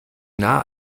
nah